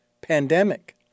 pandemic